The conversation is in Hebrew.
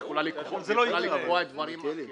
והיא יכולה לקבוע דברים אחרים.